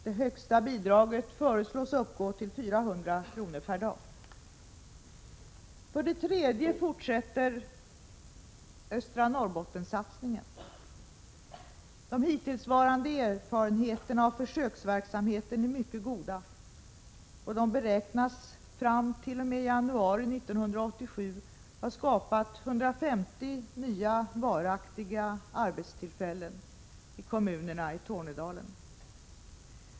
Det högsta bidraget föreslås uppgå till 400 kr. per dag. För det tredje fortsätter satsningen på östra Norrbotten. De hittillsvarande erfarenheterna av försöksverksamheten är mycket goda och de beräknas fram t.o.m. januari 1987 ha skapat 150 nya varaktiga arbetstillfällen i kommunerna i Tornedalen.